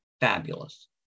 fabulous